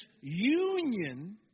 union